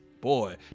Boy